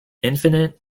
infinite